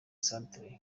centre